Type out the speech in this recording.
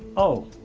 oh!